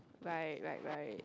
right right right